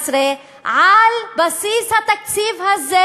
מבקשים לנהל את 2014 על בסיס התקציב הזה,